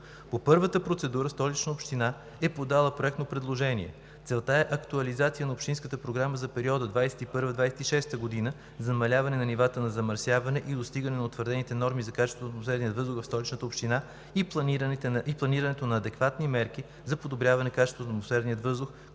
По първата процедура Столична община е подала проектно предложение. Целта е актуализация на общинската програма за периода 2021 – 2026 г. за намаляване на нивата на замърсяване и достигане на утвърдените норми за качеството на атмосферния въздух в Столичната община и планирането на адекватни мерки за подобряването му, които да доведат до